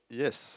yes